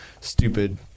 stupid